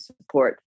support